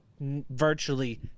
virtually